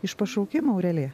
iš pašaukimo aurelija